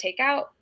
takeout